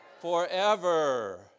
forever